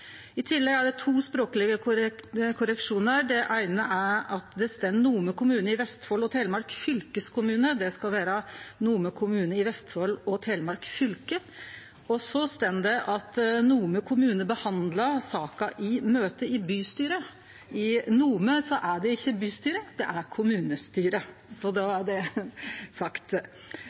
I tillegg er det to språklege korreksjonar. Det eine er at det står Nome kommune i Vestfold og Telemark fylkeskommune. Det skal vere Nome kommune i Vestfold og Telemark fylke. Så står det at Nome kommune behandla saka i møte i bystyret. I Nome er det ikkje bystyre, det er kommunestyre. Så er det sagt.